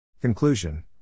Conclusion